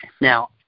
Now